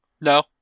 No